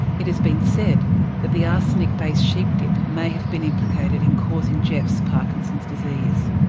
it has been said that the arsenic based sheep dip may have been implicated in causing geoff's parkinson's disease.